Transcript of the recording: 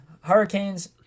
Hurricanes